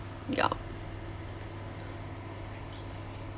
ya